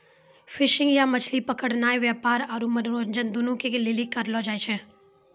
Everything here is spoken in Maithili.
फिशिंग या मछली पकड़नाय व्यापार आरु मनोरंजन दुनू के लेली करलो जाय छै